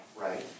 right